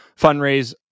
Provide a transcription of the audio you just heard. Fundraise